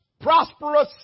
prosperous